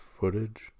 footage